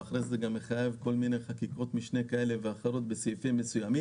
ואחרי זה זה מחייב גם כל מיני חקיקות משנה בסעיפים מסוימים.